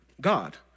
God